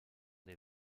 des